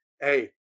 Hey